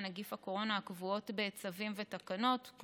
נגיף הקורונה הקבועות בצווים ותקנות,